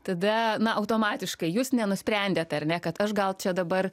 tada automatiškai jūs nenusprendėt ar ne kad aš gal čia dabar